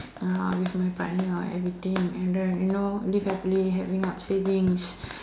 uh with my partner everything and then you know live happily having up savings